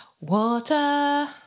water